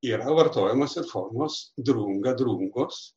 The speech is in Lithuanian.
yra vartojamos ir formos drunga drungos